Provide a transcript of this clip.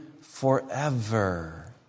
forever